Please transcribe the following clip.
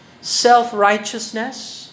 Self-righteousness